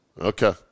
Okay